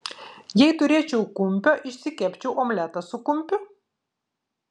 jei turėčiau kumpio išsikepčiau omletą su kumpiu